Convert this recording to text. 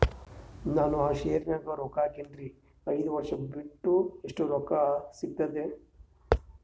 ನಾನು ಆ ಶೇರ ನ್ಯಾಗ ರೊಕ್ಕ ಹಾಕಿನ್ರಿ, ಐದ ವರ್ಷ ಬಿಟ್ಟು ಎಷ್ಟ ರೊಕ್ಕ ಸಿಗ್ತದ?